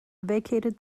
vacated